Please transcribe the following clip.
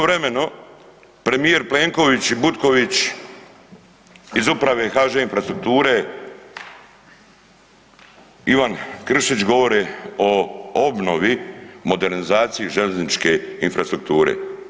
Istovremeno premijer Plenković i Butković iz Uprave HŽ-Infrastrukture Ivan Kršić govore o obnovi modernizacije željezničke infrastrukture.